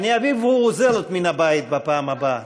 אביא וובוזלות מהבית בפעם הבאה,